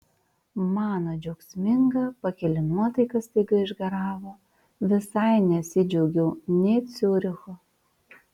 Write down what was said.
mano džiaugsminga pakili nuotaika staiga išgaravo visai nesidžiaugiau nė ciurichu